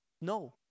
No